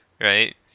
right